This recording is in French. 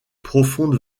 profonde